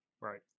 right